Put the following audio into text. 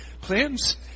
Plans